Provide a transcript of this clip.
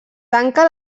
tanca